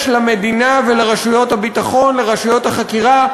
יש למדינה ולרשויות הביטחון, לרשויות החקירה,